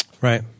Right